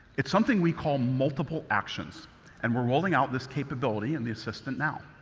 it's something we call multiple actions and we're rolling out this capability in the assistant now.